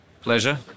Pleasure